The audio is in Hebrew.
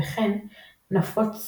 וכן נפוץ